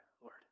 Lord